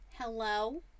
hello